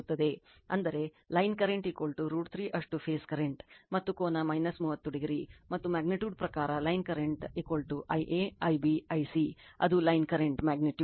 ಅಂದರೆ line current √ 3 ಅಷ್ಟು phase current ಮತ್ತು ಕೋನ 30o ಮತ್ತು ಮ್ಯಾಗ್ನಿಟ್ಯೂಡ್ ಪ್ರಕಾರ line current Ia Ib I c ಅದು ಲೈನ್ ಕರೆಂಟ್ ಮ್ಯಾಗ್ನಿಟ್ಯೂಡ್